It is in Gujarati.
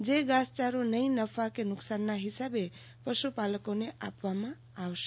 જે ઘાસચારો નહિ નફા નહિ નુકસાનના હિસાબે પશુપાલકોને આપવામાં આવશે